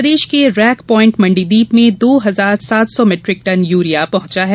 प्रदेश के rake point Mandideep में दो हजार सात सौ मीट्रिक टन यूरिया पहुँचा है